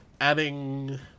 adding